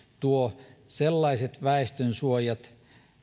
tuo energiatodistuksen piiriin sellaiset väestönsuojat